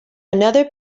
another